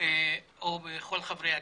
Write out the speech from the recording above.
ד"ר יוסף.